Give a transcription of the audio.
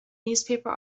newspaper